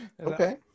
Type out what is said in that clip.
Okay